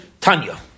Tanya